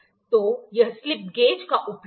तो यह slip gauge का उपयोग है